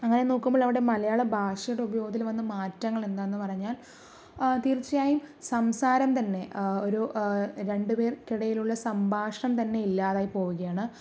അങ്ങനെ നോക്കുമ്പോൾ അവിടെ മലയാള ഭാഷയുടെ ഉപയോഗത്തിൽ വന്ന മാറ്റങ്ങൾ എന്താ എന്ന് പറഞ്ഞാൽ തീർച്ചയായും സംസാരം തന്നെ ഒരു രണ്ട് പേർക്കിടയിലുള്ള സംഭാഷണം തന്നെ ഇല്ലാതെയായി പോകുകയാണ്